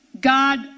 God